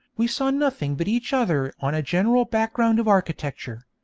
we saw nothing but each other on a general background of architecture.